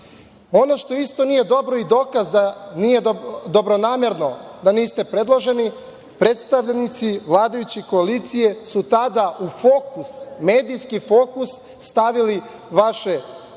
…Ono što isto nije dobro i dokaz da nije dobronamerno, da niste predloženi, predstavnici vladajuće koalicije su tada u medijski fokus stavili vaše